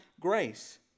grace